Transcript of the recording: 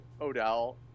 Odell